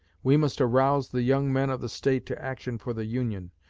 we must arouse the young men of the state to action for the union.